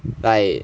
like